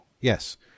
yes